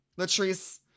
latrice